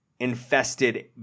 Infested